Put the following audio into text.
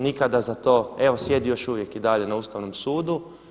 Nikada za to, evo sjedi još uvijek i dalje na Ustavnom sudu.